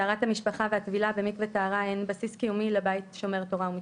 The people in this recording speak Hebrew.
טהרת המשפחה והטבילה במקווה טהרה הן בסיס קיומי לבית שומר תורה ומצוות.